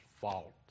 fault